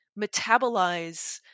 metabolize